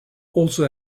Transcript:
also